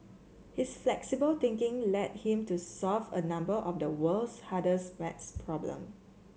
his flexible thinking led him to solve a number of the world's hardest maths problem